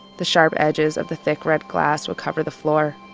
the sharp edges of the thick, red glass would cover the floor.